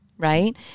right